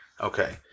Okay